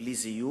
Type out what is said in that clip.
בלי זיוף,